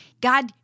God